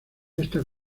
esta